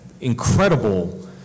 incredible